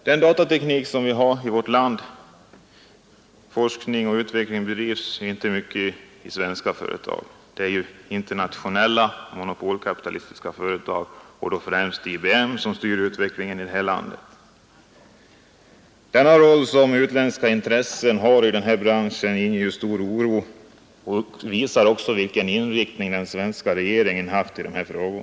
Den forskning och utveckling på datateknikens område som bedrivs i vårt land äger inte rum i svenska företag. Internationella monopolkapitalistiska företag, främst IBM, styr utvecklingen i detta land. Den roll som utländska intressen spelar i denna bransch inger stor oro och visar också vilken inställning den svenska regeringen har till dessa frågor.